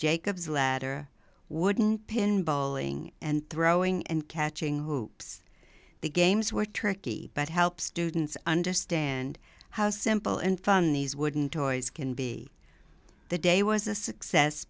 jacob's ladder wooden pin bowling and throwing and catching who the games were tricky but help students understand how simple and fun these wooden toys can be the day was a success